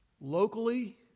locally